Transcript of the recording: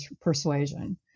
persuasion